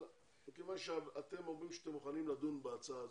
אבל מכיוון שאתם אומרים שאתם מוכנים לדון בהצעה הזאת,